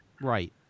right